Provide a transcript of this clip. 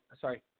Sorry